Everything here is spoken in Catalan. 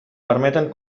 permeten